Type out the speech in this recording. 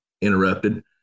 interrupted